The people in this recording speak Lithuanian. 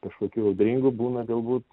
kažkokių audringų būna galbūt